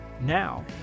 Now